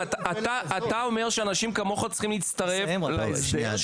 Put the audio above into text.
אבל אתה אומר שאנשים כמוך צריכים להצטרף להסדר,